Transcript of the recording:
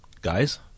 guys